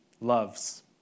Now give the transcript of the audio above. loves